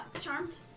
charmed